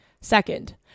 Second